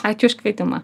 ačiū už kvietimą